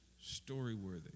story-worthy